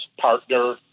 partner